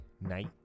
night